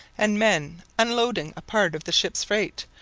and men unloading a part of the ship's freight,